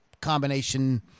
combination